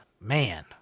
Man